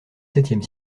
septième